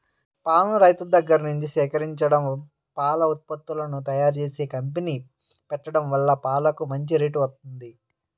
పాలను రైతుల దగ్గర్నుంచి సేకరించడం, పాల ఉత్పత్తులను తయ్యారుజేసే కంపెనీ పెట్టడం వల్ల పాలకు మంచి రేటు వత్తంది